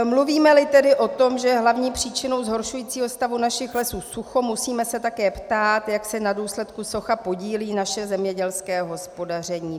Mluvímeli tedy o tom, že hlavní příčinou zhoršujícího stavu našich lesů je sucho, musíme se také ptát, jak se na důsledku sucha podílí naše zemědělské hospodaření.